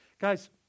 Guys